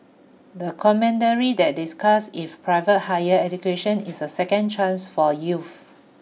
the commentary that discussed if private higher education is a second chance for youths